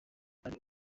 ari